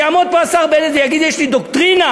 ויעמוד פה השר בנט ויגיד: יש לי דוקטרינה,